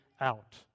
out